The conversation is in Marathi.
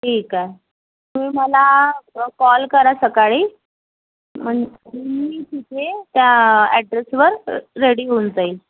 ठीक आहे तुम्ही मला कॉल करा सकाळी म्हणजे मी तिथे त्या ॲड्रेसवर रेडी होऊन जाईन